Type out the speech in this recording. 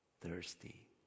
thirsty